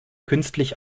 künstlich